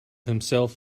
himself